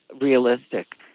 realistic